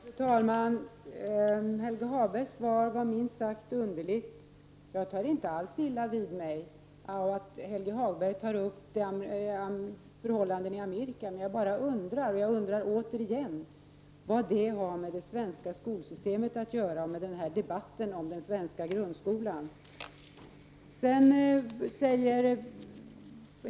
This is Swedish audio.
Fru talman! Helge Hagbergs svar var minst sagt underligt. Jag tar inte alls illa vid mig av att Helge Hagberg tar upp förhållanden i Amerika. Jag bara undrar — det gör jag nu igen — vad de har med det svenska skolsystemet att göra och med den här debatten om den svenska grundskolan.